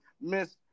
Miss